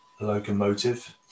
locomotive